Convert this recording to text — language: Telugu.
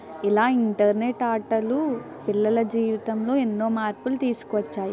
ఇలా ఇంటర్నెట్ ఆటలు పిల్లల జీవితంలో ఎన్నో మార్పులు తీసుకు వచ్చాయి